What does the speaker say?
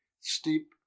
steep